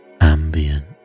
ambient